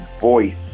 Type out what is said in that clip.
voice